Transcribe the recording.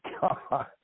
God